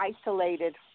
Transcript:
isolated